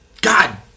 God